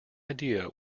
idea